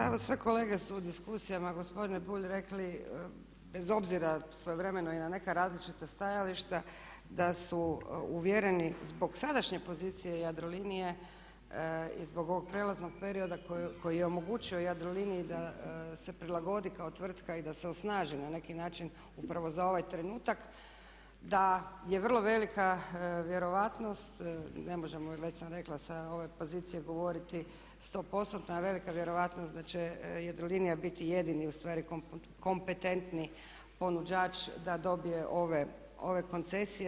Pa evo sve kolege su u diskusijama gospodine Bulj rekli bez obzira svojevremeno i na neka različita stajališta da su uvjereni zbog sadašnje pozicije Jadrolinije i zbog ovog prijelaznog perioda koji je omogućio Jadroliniji da se prilagodi kao tvrtka i da se osnaži na neki način upravo za ovaj trenutak da je vrlo velika vjerojatnost, ne možemo već sam rekla sa ove pozicije govoriti 100% ali je velika vjerojatnost da će Jadrolinija biti jedini ustvari kompetentni ponuđač da dobije ove koncesije.